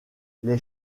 les